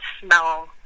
smell